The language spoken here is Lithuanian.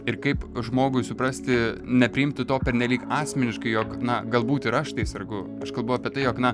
ir kaip žmogui suprasti nepriimti to pernelyg asmeniškai jog na galbūt ir aš tai sergu aš kalbu apie tai jog na